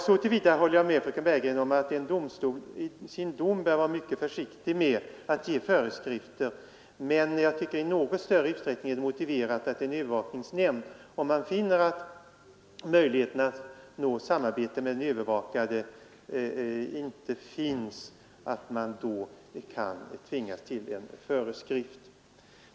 Så till vida håller jag med fröken Bergegren som att jag anser att en domstol bör vara mycket försiktig med att ge föreskrifter i sin dom, men jag anser att det i något större utsträckning är motiverat att en övervakningsnämnd — om den finner att möjlighet att nå samarbete med den övervakade inte föreligger — utfärdar en föreskrift.